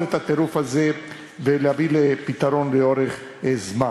את הטירוף הזה ולהביא פתרון לאורך זמן.